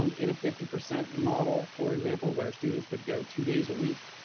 um in a fifty percent model, for example, where students would go two days a week,